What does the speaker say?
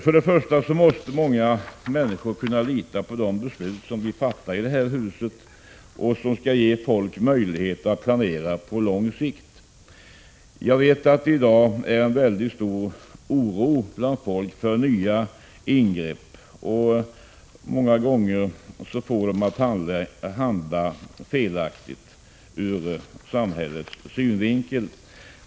Först och främst måste människorna kunna lita på de beslut som vi fattar i det här huset och som skall ge dem möjlighet att planera på lång sikt. Jag vet att det i dag finns en stor oro bland medborgarna för nya ingrepp som får dem att handla felaktigt ur samhällets synvinkel.